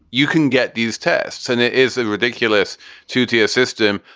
you can get these tests. and it is a ridiculous two tier system.